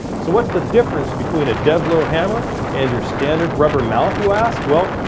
so what's the difference between a dead-blow hammer and your standard rubber mallet you ask? well,